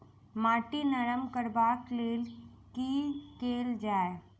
माटि नरम करबाक लेल की केल जाय?